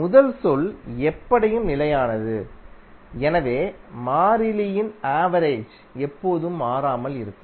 முதல் சொல் எப்படியும் நிலையானது எனவே மாறிலியின் ஆவரேஜ் எப்போதும் மாறாமல் இருக்கும்